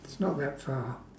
it's not that far